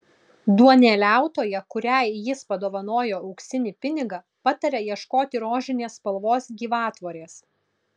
duoneliautoja kuriai jis padovanoja auksinį pinigą pataria ieškoti rožinės spalvos gyvatvorės